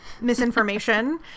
misinformation